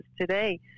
today